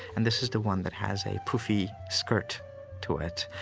and this is the one that has a puffy skirt to it,